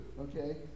Okay